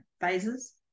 phases